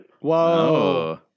Whoa